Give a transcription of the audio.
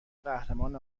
قهرمان